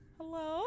Hello